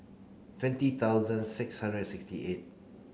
twenty thousand six hundred sixty eight